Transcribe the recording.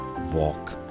walk